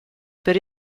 per